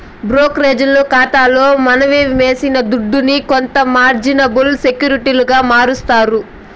బ్రోకరేజోల్లు కాతాల మనమేసిన దుడ్డుని కొంత మార్జినబుల్ సెక్యూరిటీలుగా మారస్తారు